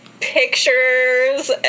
pictures